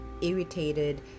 irritated